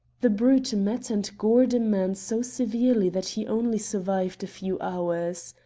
the brute met and gored a man so severely that he only survived a few hours.